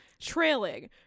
trailing